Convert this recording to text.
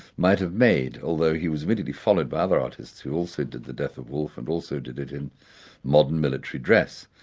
might have made. although he was immediately followed by other artists artists who also did the death of wolfe and also did it in modern military dress.